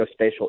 geospatial